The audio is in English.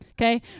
Okay